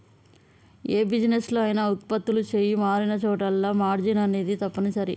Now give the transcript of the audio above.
యే బిజినెస్ లో అయినా వుత్పత్తులు చెయ్యి మారినచోటల్లా మార్జిన్ అనేది తప్పనిసరి